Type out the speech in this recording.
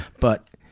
but